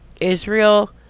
Israel